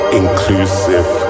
inclusive